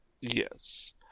Yes